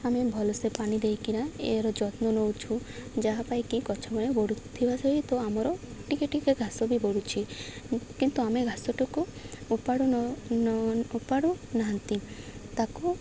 ଆମେ ଭଲସେ ପାଣି ଦେଇକିନା ଏହାର ଯତ୍ନ ନଉଛୁ ଯାହା ପାଇଁ କିି ଗଛ ମାନେ ବଢ଼ୁ ଥିବା ସହିତ ଆମର ଟିକେ ଟିକେ ଘାସ ବି ବଢ଼ୁଛି କିନ୍ତୁ ଆମେ ଘାସଟିକୁ ଓପାଡ଼ୁ ନ ନ ଓପାଡ଼ୁ ନାହାନ୍ତି ତାକୁ